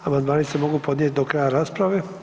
Amandmani se mogu podnijeti do kraja rasprave.